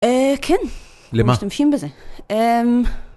כן, לא משתמשים בזה.